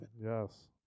Yes